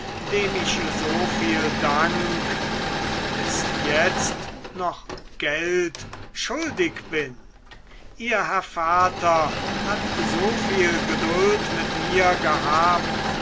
dem ich so viel dank und bis jetzt noch geld schuldig bin ihr herr vater hat so viel geduld mit mir gehabt